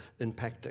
impacting